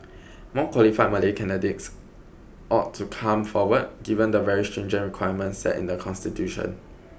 more qualified Malay candidates ought to come forward given the very stringent requirements set in the constitution